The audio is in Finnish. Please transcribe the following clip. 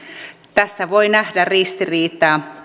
tässä voi nähdä ristiriitaa